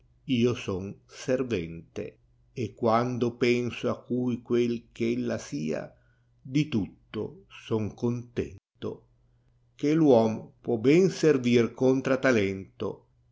io son servente e quando penso a cui quel che ella sia di tutto son contento che v uom può ben servir con tra talento